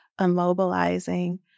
immobilizing